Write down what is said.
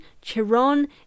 Chiron